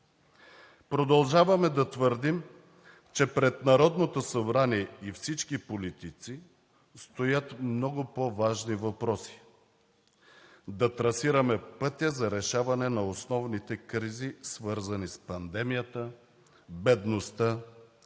Продължаваме да твърдим, че пред Народното събрание и всички политици стоят много по-важни въпроси – да трасираме пътя за решаване на основните кризи, свързани с пандемията, бедността,